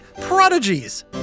Prodigies